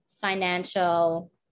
financial